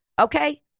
Okay